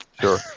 Sure